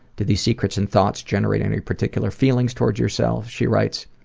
do these secrets and thoughts generate any particular feelings towards yourself? she writes,